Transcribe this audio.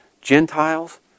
Gentiles